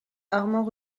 armand